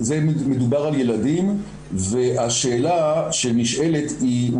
מדובר על ילדים והשאלה שנשאלת היא,